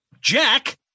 Jack